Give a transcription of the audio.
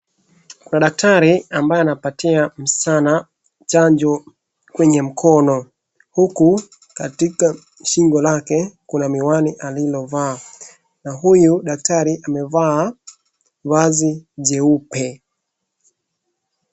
Kuna daktari ambaye anapatia msichana chanjo kwenye mkono, huku katika shingo lake kuna miwani aliyovaa na huyu daktari amevaa vazi jeupe.